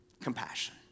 Compassion